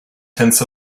tenths